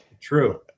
True